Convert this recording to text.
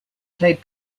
played